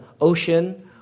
ocean